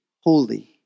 holy